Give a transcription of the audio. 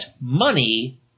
money